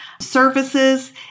services